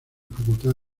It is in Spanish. facultad